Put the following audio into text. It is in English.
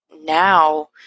now